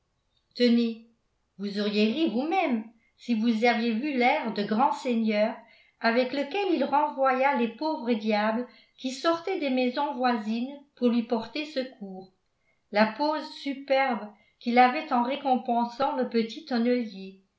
tenez vous auriez ri vous-même si vous aviez vu l'air de grand seigneur avec lequel il renvoya les pauvres diables qui sortaient des maisons voisines pour lui porter secours la pose superbe qu'il avait en récompensant le petit tonnelier